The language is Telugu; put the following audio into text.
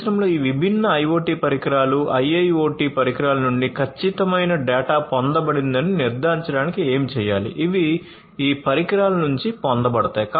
పరిశ్రమలో ఈ విభిన్న IoT పరికరాలు IIoT పరికరాల నుండి ఖచ్చితమైన డేటా పొందబడిందని నిర్ధారించడానికి ఏమి చేయాలి ఇవి ఈ పరికరాల నుండి పొందబడతాయి